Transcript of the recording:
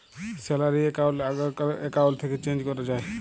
salary account আগ্কার account থ্যাকে change ক্যরা যায়